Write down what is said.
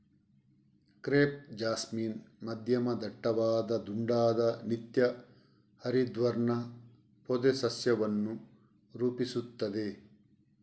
crepe jasmine ಮಧ್ಯಮ ದಟ್ಟವಾದ ದುಂಡಾದ ನಿತ್ಯ ಹರಿದ್ವರ್ಣ ಪೊದೆ ಸಸ್ಯವನ್ನು ರೂಪಿಸುತ್ತದೆ